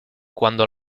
cuando